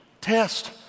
test